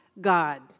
God